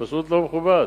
פשוט לא מכובד.